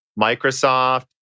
Microsoft